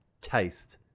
taste